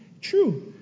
true